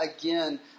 again